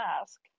ask